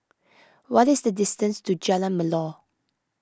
what is the distance to Jalan Melor